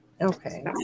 Okay